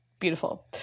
beautiful